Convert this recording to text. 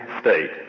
state